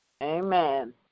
Amen